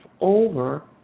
over